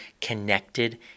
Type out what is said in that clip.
connected